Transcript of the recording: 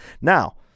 Now